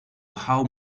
how